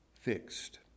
fixed